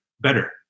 better